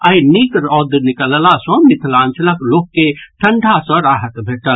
आइ नीक रौद निकलला सँ मिथिलांचलक लोक के ठंढ़ा सँ राहत भेटल